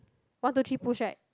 one two three push right